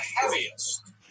heaviest